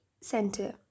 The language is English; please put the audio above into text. center